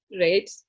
right